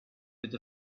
with